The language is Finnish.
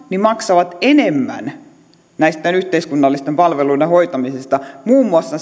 maksavat enemmän näitten yhteiskunnallisten palveluiden hoitamisesta muun muassa